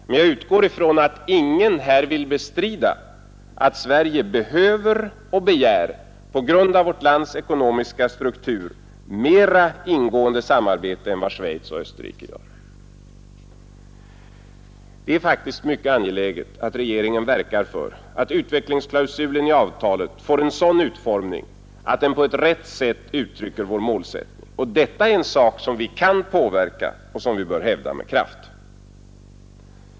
Men jag utgår från att ingen här vill bestrida att Sverige behöver och begär, på grund av vårt lands ekonomiska struktur, mera ingående samarbete än vad Schweiz och Österrike gör. Det är faktiskt mycket angeläget att regeringen verkar för att utvecklingsklausulen i avtalet får en sådan utformning att den på ett rätt sätt uttrycker vår målsättning. Detta är en sak som vi kan påverka och som vi bör hävda med kraft.